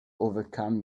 overcome